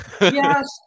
Yes